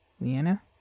Leanna